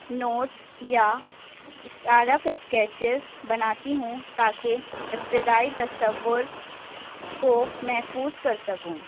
notice یا rough sketches بناتی ہوں تاکہ ابتدائی تصور کو محفوظ کر سکوں